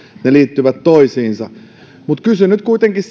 ne liittyvät toisiinsa kysyn nyt kuitenkin